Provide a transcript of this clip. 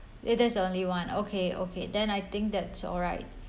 it there's only one okay okay then I think that's all right